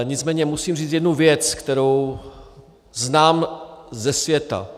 Nicméně musím říct jednu věc, kterou znám ze světa.